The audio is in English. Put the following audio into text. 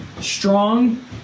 Strong